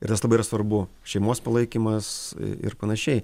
ir tas labai yra svarbu šeimos palaikymas ir panašiai